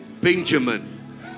Benjamin